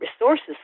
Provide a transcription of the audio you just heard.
resources